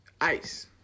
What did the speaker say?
Ice